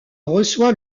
reçoit